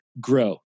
grow